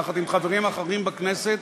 יחד עם חברים אחרים בכנסת,